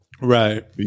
Right